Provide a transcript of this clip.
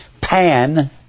pan